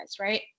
right